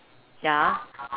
ya